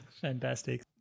Fantastic